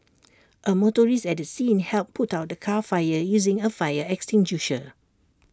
A motorist at the scene helped put out the car fire using A fire extinguisher